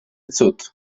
cud